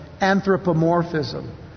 anthropomorphism